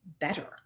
better